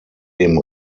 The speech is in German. dem